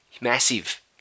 Massive